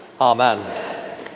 amen